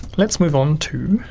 let's move on to